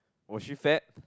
was she fat